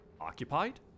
Occupied